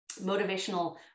motivational